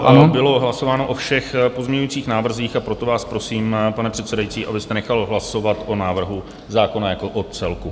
Ano, bylo hlasováno o všech pozměňujících návrzích, a proto vás prosím, pane předsedající, abyste nechal hlasovat o návrhu zákona jako o celku.